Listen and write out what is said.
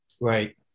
Right